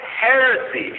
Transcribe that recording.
heresy